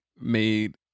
made